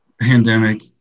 pandemic